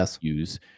use